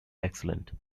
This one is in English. excellent